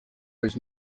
was